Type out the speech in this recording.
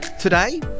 Today